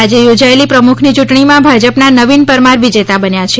આજે યોજાયેલી પ્રમુખની ચૂંટણીમાં ભાજપના નવીન પરમાર વિજેતા બન્યા છે